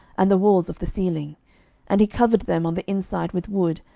and the walls of the ceiling and he covered them on the inside with wood,